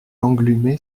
lenglumé